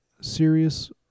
serious